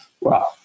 Wow